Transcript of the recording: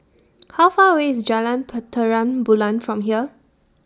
How Far away IS Jalan Terang Bulan from here